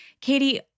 Katie